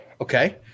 okay